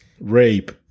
rape